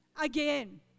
again